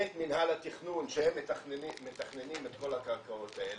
את מינהל התכנון שהם מתכננים את כל הקרקעות האלה,